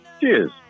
Cheers